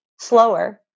slower